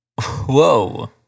Whoa